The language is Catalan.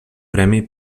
premi